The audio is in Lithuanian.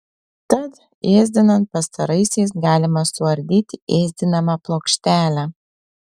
tad ėsdinant pastaraisiais galima suardyti ėsdinamą plokštelę